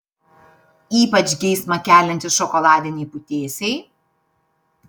ypač geismą keliantys šokoladiniai putėsiai